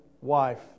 wife